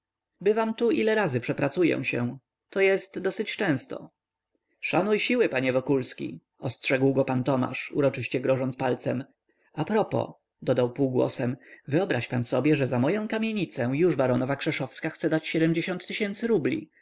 bywam tu ile razy przepracuję się to jest dosyć często szanuj siły panie wokulski ostrzegł go pan tomasz uroczyście grożąc palcem a propos dodał półgłosem wyobraź pan sobie że za moję kamienicę już baronowa krzeszowska chce dać rubli